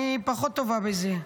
אני פחות טובה בזה.